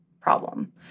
problem